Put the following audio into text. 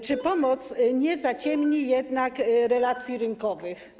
Czy pomoc nie zaciemni jednak relacji rynkowych?